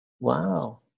Wow